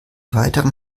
weiteren